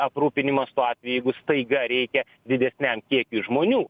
aprūpinimas tuo atveju jeigu staiga reikia didesniam kiekiui žmonių